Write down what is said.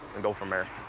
and go from there.